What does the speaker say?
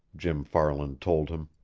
jim farland told him.